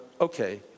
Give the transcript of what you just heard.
okay